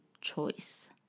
choice